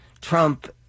Trump